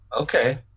Okay